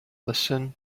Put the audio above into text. listen